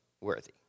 worthy